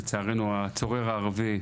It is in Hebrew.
לצערנו, הצורר הערבי,